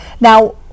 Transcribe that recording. Now